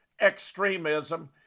extremism